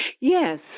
Yes